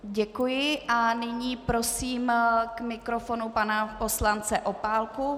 Děkuji a nyní prosím k mikrofonu pana poslance Opálku.